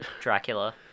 Dracula